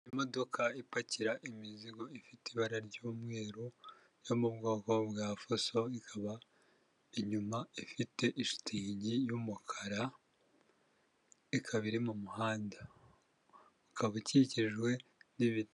Imodoka ipakira imizigo ifite ibara ry'umweru, yo mu bwoko bwa fuso, ikaba inyuma ifite ishitingi y'umukara, ikaba iri mu muhanda. Ukaba ukikijwe n'ibiti.